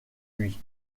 lui